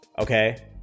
Okay